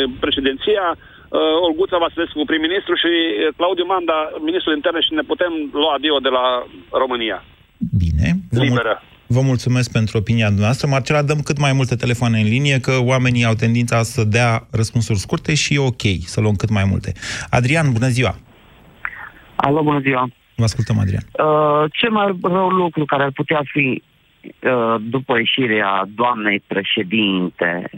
președinția, uh, Olguța Vasilescu, prim-ministru și, uh, Claudiu Manda, ministrul interne și ne putem lua adio de la România. Bine, vă mul- Liberă. vă mulțumesc pentru opinia dumneavoastră. Marcela, dăm cât mai multe telefoane în linie, că oamenii au tendința să dea răspunsuri scurte și e ok să luăm cât mai multe. Adrian, bună ziua. Alo, bună ziua. Vă ascultăm, Adrian. Uh, cel mai rău lucru care ar putea fi, uh, după ieșirea doamnei președinte,